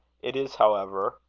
it is, however,